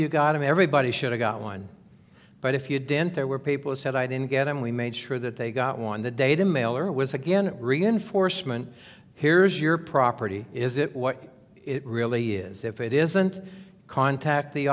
you got and everybody should have got one but if you didn't there were people said i didn't get them we made sure that they got one the data mailer was again reinforcement here's your property is it what it really is if it isn't contact the